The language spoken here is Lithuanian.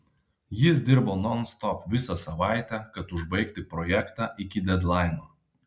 jis dirbo nonstop visą savaitę kad užbaigti projektą iki dedlaino